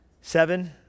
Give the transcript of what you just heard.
Seven